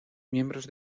miembros